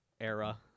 era